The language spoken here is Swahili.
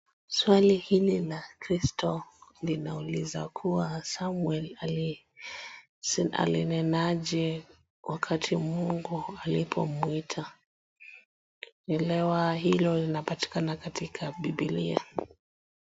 Swali hili la Kristo linauliza kuwa Samuel alinena aje wakati Mungu akipomuita. Elewa hilo linapatikana katika Biblia.